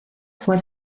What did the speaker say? fue